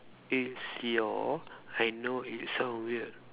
is your I know it sound weird